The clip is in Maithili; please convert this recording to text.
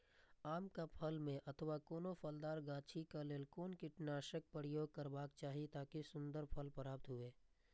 आम क फल में अथवा कोनो फलदार गाछि क लेल कोन कीटनाशक प्रयोग करबाक चाही ताकि सुन्दर फल प्राप्त हुऐ?